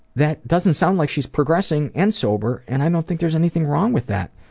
that doesn't sound like she's progressing and sober, and i don't think there's anything wrong with that.